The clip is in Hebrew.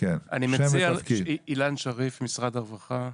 במשרד הרווחה.